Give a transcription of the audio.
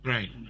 Right